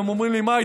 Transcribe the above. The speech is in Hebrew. והם אומרים לי: מה,